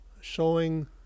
showing